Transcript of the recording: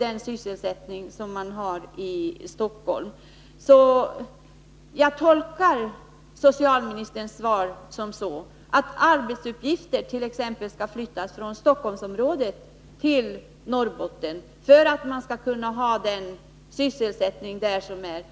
en sysselsättning motsvarande vad man har i Stockholm. S Jag tolkar socialministerns svar så, att arbetsuppgifter t.ex. skall flyttas från Stockholmsområdet till Norrbotten för att kunna behålla sysselsättningen där uppe.